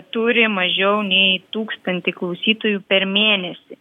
turi mažiau nei tūkstantį klausytojų per mėnesį